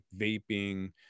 vaping